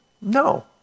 no